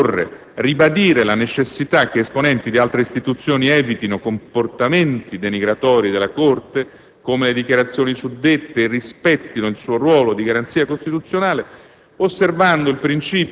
considerato che occorre ribadire la necessità che esponenti di altre Istituzioni evitino comportamenti denigratori della Corte, come le dichiarazioni suddette, e rispettino il suo ruolo di garanzia costituzionale,